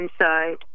inside